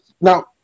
now